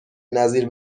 نظیر